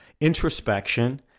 introspection